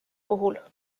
puhul